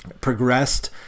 progressed